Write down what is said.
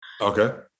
okay